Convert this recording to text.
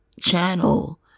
channel